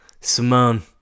Simone